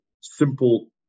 simple